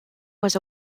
was